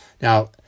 Now